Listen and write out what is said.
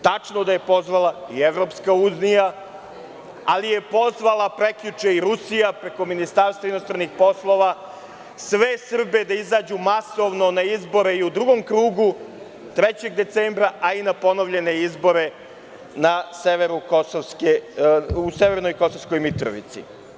Tačno da je pozvala i EU, ali je pozvala prekjuče i Rusija, preko Ministarstva inostranih poslova sve Srbe da izađu masovno na izbore i u drugom krugu 3. decembra, a i na ponovljene izbore u severnoj Kosovskoj Mitrovici.